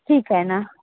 ठीक आहे ना